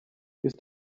ist